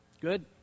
Good